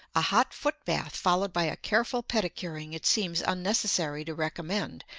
a hot foot bath followed by a careful pedicuring it seems unnecessary to recommend,